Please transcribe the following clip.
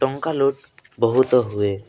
ଟଙ୍କା ଲୁଟ୍ ବହୁତ ହୁଏ